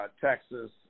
Texas